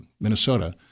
Minnesota